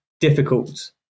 difficult